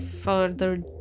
further